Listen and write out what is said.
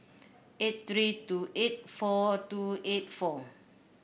eight three two eight four two eight four